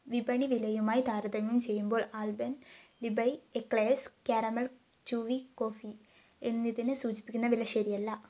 വിപണി വിലയുമായി താരതമ്യം ചെയ്യുമ്പോൾ Alpenliebe eclairs caramel chewy coffee എന്നതിനെ സൂചിപ്പിക്കുന്ന വില ശരിയല്ല